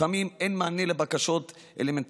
לפעמים אין מענה לבקשות אלמנטריות,